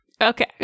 Okay